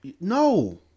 no